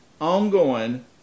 ongoing